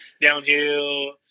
downhill